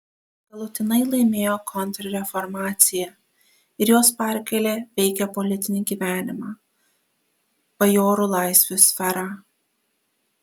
galutinai laimėjo kontrreformacija ir jos pergalė veikė politinį gyvenimą bajorų laisvių sferą